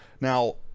Now